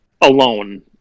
alone